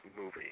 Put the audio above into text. movie